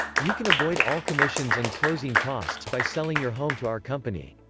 you can avoid all commissions and closing costs by selling your home to our company!